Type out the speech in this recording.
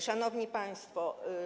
Szanowni Państwo!